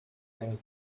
ten